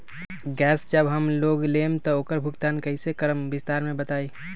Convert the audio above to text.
Gas जब हम लोग लेम त उकर भुगतान कइसे करम विस्तार मे बताई?